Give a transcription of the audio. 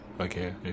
Okay